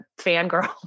fangirl